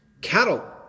cattle